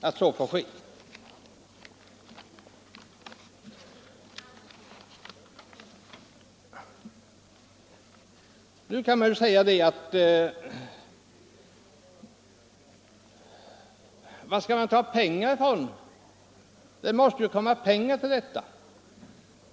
Men var skall man då få ytterligare pengar till sådana här investeringar?